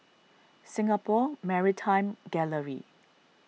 Singapore Maritime Gallery